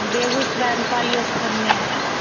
बेगूसराय में काली स्थान में है